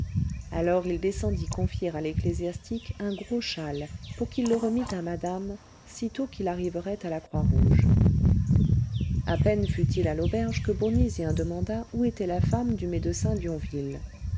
alors il descendit confier à l'ecclésiastique un gros châle pour qu'il le remît à madame sitôt qu'il arriverait à la croix rouge à peine fut-il à l'auberge que bournisien demanda où était la femme du médecin